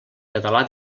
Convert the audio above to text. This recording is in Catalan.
català